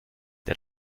der